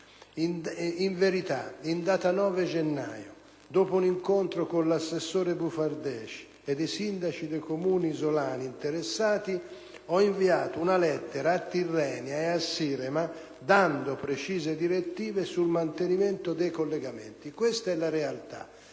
In verità, in data 9 gennaio, dopo un incontro con l'assessore Bufardeci e i sindaci dei Comuni isolani interessati, ho inviato una lettera a Tirrenia e a Siremar dando precise direttive sul mantenimento dei collegamenti. Questa è la realtà.